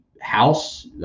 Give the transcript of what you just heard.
House